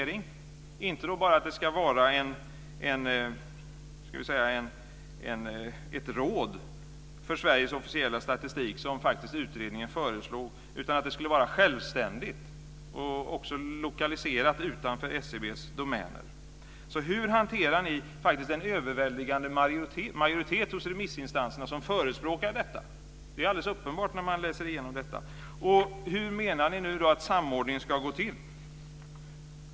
Det ska inte bara vara ett råd för Sveriges officiella statistik, vilket utredningen föreslog, utan det hela ska vara självständigt, och lokaliseras utanför SCB:s domäner. Hur hanterar ni den överväldigande majoritet hos remissinstanserna som förespråkar detta? Det hela är ju uppenbart när man läser igenom det. Hur menar ni att samordningen ska gå till?